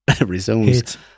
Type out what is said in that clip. resumes